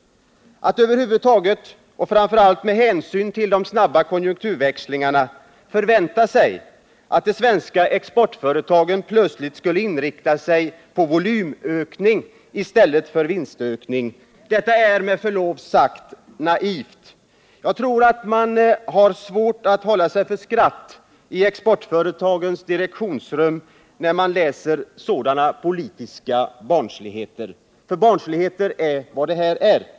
Att över huvud taget — och framför allt med hänsyn till de snabba konjunkturväxlingarna— förvänta sig att de svenska exportföretagen plötsligt skulle inrikta sig på volymökningar i stället för vinstökningar — det är med förlov sagt naivt. Jag tror att man har mycket svårt att hålla sig för skratt i exportföretagens direktionsrum när man läser sådana politiska barnsligheter. För barnsligheter är vad det är.